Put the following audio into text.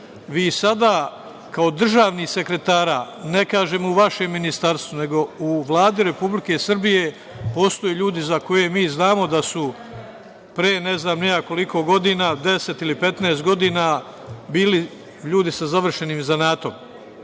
sada, kao državnih sekretara, ne kažem u vašem Ministarstvu, nego u Vladi Republike Srbije postoje ljudi za koje mi znamo da su pre ne znam ni ja koliko godina, 10 ili 15 godina, bili ljudi sa završenim zanatom.